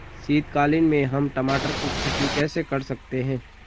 शीतकालीन में हम टमाटर की खेती कैसे कर सकते हैं?